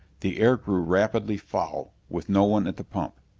the air grew rapidly foul with no one at the pump.